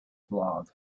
blog